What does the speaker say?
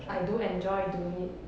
I do enjoy doing it